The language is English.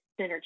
synergy